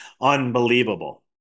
unbelievable